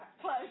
close